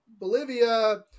Bolivia